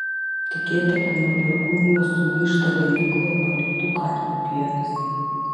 tikėta kad nuo perkūnijos sugyžta ganykloje paliktų karvių pienas